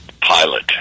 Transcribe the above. pilot